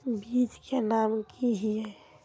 बीज के नाम की हिये?